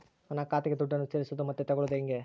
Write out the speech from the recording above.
ನನ್ನ ಖಾತೆಗೆ ದುಡ್ಡನ್ನು ಸೇರಿಸೋದು ಮತ್ತೆ ತಗೊಳ್ಳೋದು ಹೇಗೆ?